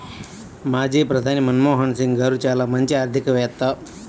మాజీ ప్రధాని మన్మోహన్ సింగ్ గారు చాలా మంచి ఆర్థికవేత్త